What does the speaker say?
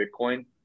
Bitcoin